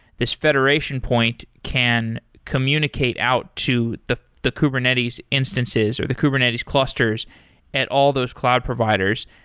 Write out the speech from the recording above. this federation point can communicate out to the the kubernetes instances, or the kubernetes clusters at all those cloud providers.